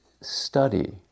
study